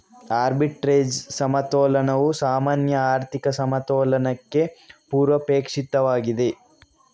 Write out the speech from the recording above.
arbitrage ಸಮತೋಲನವು ಸಾಮಾನ್ಯ ಆರ್ಥಿಕ ಸಮತೋಲನಕ್ಕೆ ಪೂರ್ವಾಪೇಕ್ಷಿತವಾಗಿದೆ